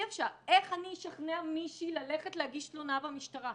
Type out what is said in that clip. איך אני אשכנע מישהי ללכת להגיש תלונה במשטרה.